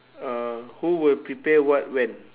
uh who will prepare what when